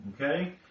Okay